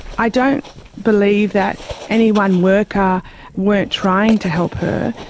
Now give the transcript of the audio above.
i don't believe that any one worker weren't trying to help her,